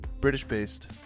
British-based